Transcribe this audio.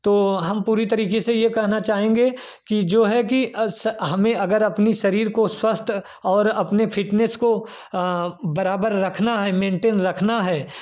तो हम पूरी तरीके से यह कहना चाहेंगे कि जो है कि अस हमें अगर अपनी शरीर को स्वस्थ और अपने फिटनेस को बराबर रखना है मेनटेन रखना है